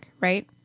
right